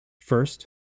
First